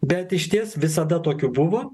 bet išties visada tokių buvo